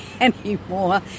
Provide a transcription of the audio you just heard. anymore